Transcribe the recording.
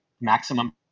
maximum